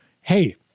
Hey